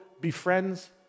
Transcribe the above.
befriends